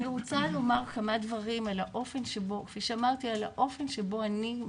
אני רוצה לומר כמה דברים על האופן שבו אני,